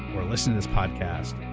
or listen to this podcast,